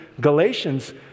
galatians